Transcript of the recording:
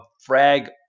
frag